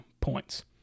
points